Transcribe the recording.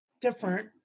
different